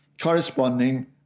corresponding